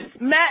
Matt